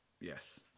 Yes